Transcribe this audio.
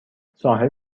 ساحل